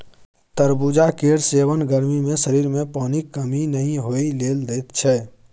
तरबुजा केर सेबन गर्मी मे शरीर मे पानिक कमी नहि होइ लेल दैत छै